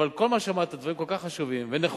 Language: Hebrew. אבל כל מה שאמרת, דברים כל כך חשובים ונכונים,